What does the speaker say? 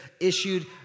issued